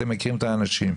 אתם מכירים את האנשים.